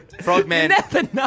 Frogman